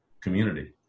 community